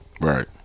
Right